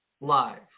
live